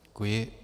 Děkuji.